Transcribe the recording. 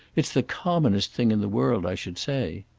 it's the commonest thing in the world, i should say.